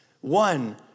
One